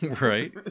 Right